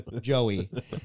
Joey